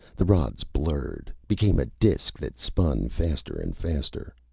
the rods blurred, became a disc that spun faster and faster.